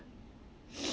yup